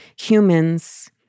humans